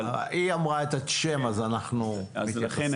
-- היא אמרה את השם אז אנחנו מתייחסים.